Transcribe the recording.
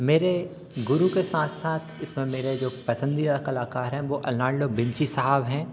मेरे गुरु के साथ साथ इसमें मेरे जो पसंदीदा कलाकार हैं वो अरनाल्डो विंची साब हैं